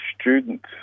students